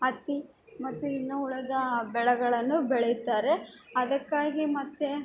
ಹತ್ತಿ ಮತ್ತು ಇನ್ನು ಉಳಿದಾ ಬೆಳೆಗಳನ್ನು ಬೆಳೆಯುತ್ತಾರೆ ಅದಕ್ಕಾಗಿ ಮತ್ತು